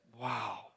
wow